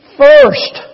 first